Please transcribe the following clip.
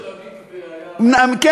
כן.